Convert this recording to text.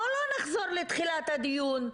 בוא לא נחזור לתחילת הדיון.